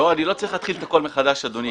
לא, אני לא צריך להתחיל את הכול מחדש, אדוני.